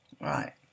Right